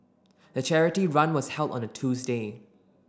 the charity run was held on a Tuesday